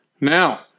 Now